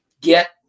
get